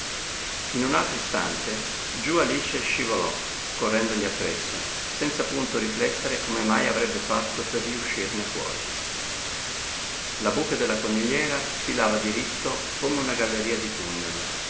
in un altro istante giù alice scivolò correndogli appresso senza punto riflettere come mai avrebbe fatto per riuscirne fuori la buca della conigliera sfilava diritto come una galleria di tunnel